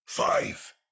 Five